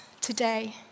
today